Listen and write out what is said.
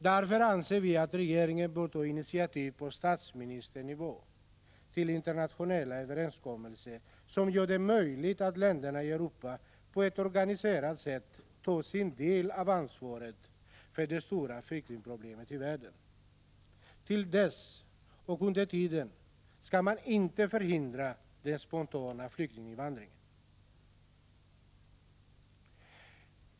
Därför anser vi att regeringen bör ta initiativ på statsministernivå till internationella överenskommelser som gör det möjligt för länderna i Europa att på ett organiserat sätt ta sin del av ansvaret för det stora flyktingproblemet i världen. Under tiden fram till dess skall man inte förhindra den spontana flyktinginvandringen.